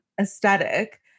aesthetic